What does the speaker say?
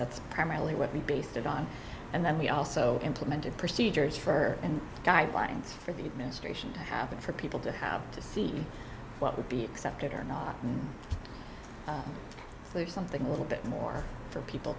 that's primarily what we based it on and then we also implemented procedures for and the guidelines for the ministration to happen for people to have to see what would be accepted or not there something a little bit more for people